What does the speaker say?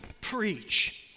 preach